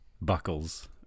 buckles